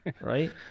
right